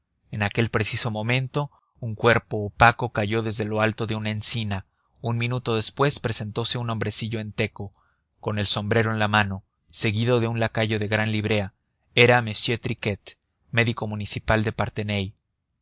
en aquel preciso momento un cuerpo opaco cayó desde lo alto de una encina un minuto después presentose un hombrecillo enteco con el sombrero en la mano seguido de un lacayo de gran librea era m triquet médico municipal de parthenay